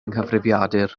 nghyfrifiadur